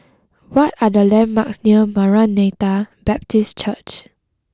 what are the landmarks near Maranatha Baptist Church